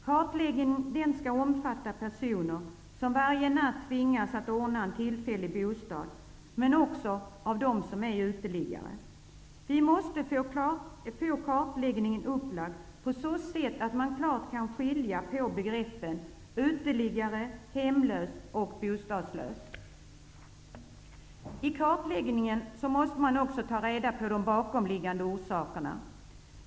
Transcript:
Kartläggningen skall omfatta personer som varje natt tvingas ordna en tillfällig bostad men också dem som är uteliggare. Vi måste få kartläggningen upplagd på så sätt att man klart kan skilja mellan de olika begreppen uteliggare, hemlös och bostadslös. I kartläggningen måste man också ta reda på de bakomliggande orsakerna.